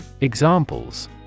Examples